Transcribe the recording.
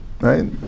right